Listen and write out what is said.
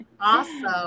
Awesome